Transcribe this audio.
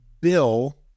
Bill